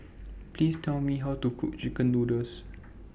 Please Tell Me How to Cook Chicken Noodles